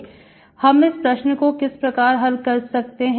हम इस प्रश्न को किस प्रकार हल कर सकते हैं